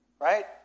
Right